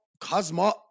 Cosmo